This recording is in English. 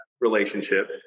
relationship